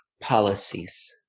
policies